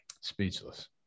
speechless